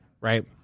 right